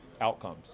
outcomes